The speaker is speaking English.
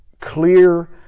clear